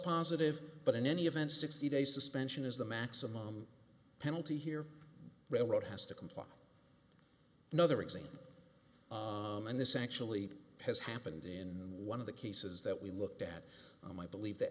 positive but in any event sixty day suspension is the maximum penalty here railroad has to comply another example and this actually has happened in one of the cases that we looked at them i believe the